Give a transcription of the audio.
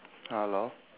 hello